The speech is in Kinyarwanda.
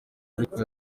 ariko